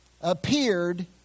appeared